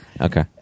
Okay